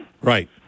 Right